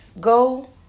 go